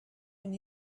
and